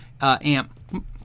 amp